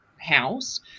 house